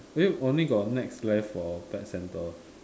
wait only got next left for pet center